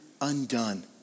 undone